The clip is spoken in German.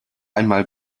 einmal